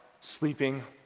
sleeping